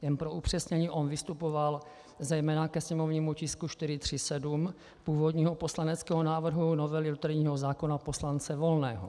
Jen pro upřesnění, on vystupoval zejména ke sněmovnímu tisku 437 původního poslaneckého návrhu novely loterijního zákona poslance Volného.